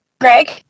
Greg